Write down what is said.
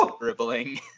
dribbling